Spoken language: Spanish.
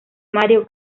mario